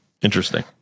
interesting